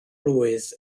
blwydd